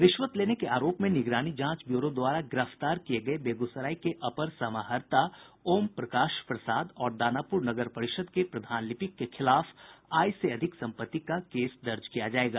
रिश्वत लेने के आरोप में निगरानी जांच ब्यूरो द्वारा गिरफ्तार किये गये बेगूसराय के अपर समाहर्त्ता ओमप्रकाश प्रसाद और दानापुर नगर परिषद के प्रधान लिपिक के खिलाफ आय से अधिक सम्पत्ति का केस दर्ज किया जायेगा